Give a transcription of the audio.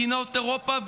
מדינות אירופה,